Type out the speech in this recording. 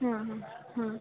ಹಾಂ ಹಾಂ ಹಾಂ